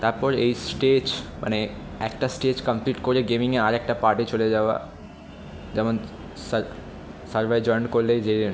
তারপর এই স্টেজ মানে একটা স্টেজ কমপ্লিট করে গেমিংয়ে আর একটা পার্টে চলে যাওয়া যেমন সা সার্ভারে জয়েন করলেই যে